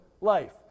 life